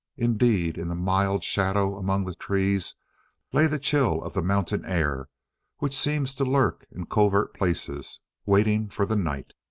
indeed, in the mild shadow among the trees lay the chill of the mountain air which seems to lurk in covert places waiting for the night.